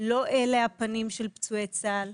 לא אלה הפנים של פצועי צה"ל.